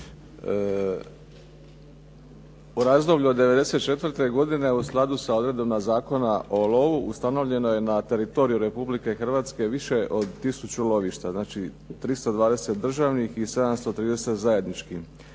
U razdoblju od '94. godine, u skladu sa odredbama Zakona o lovu, ustanovljeno je na teritoriju Republike Hrvatske više od tisuću lovišta, znači 320 državnih i 730 zajedničkih.